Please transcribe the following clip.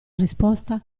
risposta